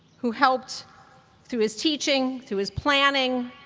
who helped through his teaching, through his planning,